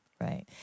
right